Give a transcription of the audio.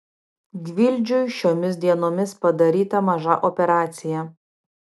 gvildžiui šiomis dienomis padaryta maža operacija